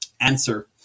answer